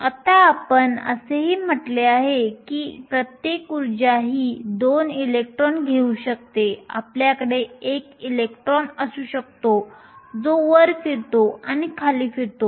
आता आपण असेही म्हटले आहे की प्रत्येक ऊर्जा स्थिती 2 इलेक्ट्रॉन घेऊ शकते आपल्याकडे एक इलेक्ट्रॉन असू शकतो जो वर फिरतो आणि खाली फिरतो